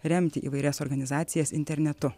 remti įvairias organizacijas internetu